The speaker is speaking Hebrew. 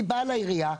היא באה לעירייה,